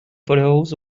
photos